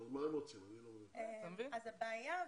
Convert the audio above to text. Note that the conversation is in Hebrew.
אני לא מבין מה הם רוצים.